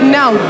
now